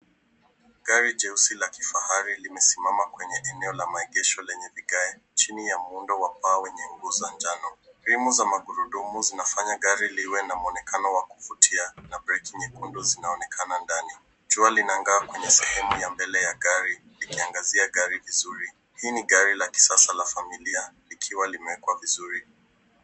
Gari jeusi la kifahari limesimama kwenye eneo la maegesho lenye vigae chini ya muundo wa mbao wenye nguzo za njano. Rimu za magurudumu zinafanya gari liwe na mwonekano wa kuvutia na breki nyekundu zinaonekana ndani. Jua linang'aa kwenye sehemu ya mbele ya gari likiangazia gari vizuri. Hii ni gari la kisasa la familia likiwa limewekwa vizuri.